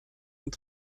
und